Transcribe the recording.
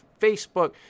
Facebook